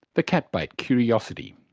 the cat bait curiosity.